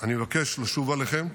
אני מבקש לשוב אליכם.